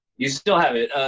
you still have it.